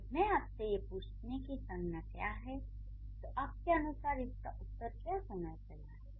तो जब मैं आपसे ये पूछती कि संज्ञा क्या है तो आपके अनुसार इसका उत्तर क्या होना चाहिए